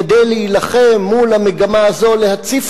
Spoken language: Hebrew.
כדי להילחם מול המגמה הזאת להציף